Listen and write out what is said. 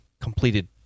completed